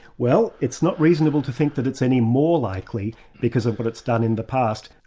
well it's not reasonable to think that it's any more likely because of what it's done in the past.